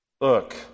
Look